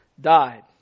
died